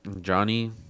Johnny